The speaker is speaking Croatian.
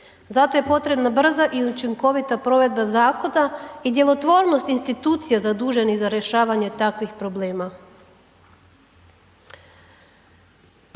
zato je potrebna brza i učinkovita provedba zakona i djelotvornost institucija zaduženih za rješavanje takvih problema.